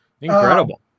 incredible